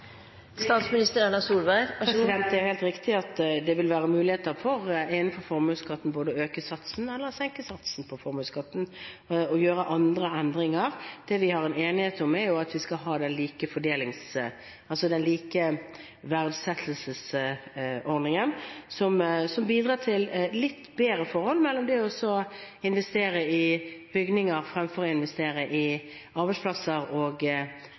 Det er helt riktig at det vil være muligheter for både å øke satsen og å senke satsen på formuesskatten, og å gjøre andre endringer. Det vi har en enighet om, er at vi skal ha den samme verdsettelsesordningen, som bidrar til litt bedre forhold mellom det å investere i bygninger fremfor å investere i arbeidsplasser og